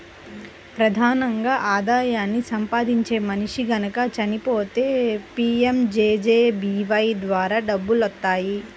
ప్రధానంగా ఆదాయాన్ని సంపాదించే మనిషి గనక చచ్చిపోతే పీయంజేజేబీవై ద్వారా డబ్బులొత్తాయి